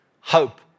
Hope